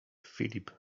filip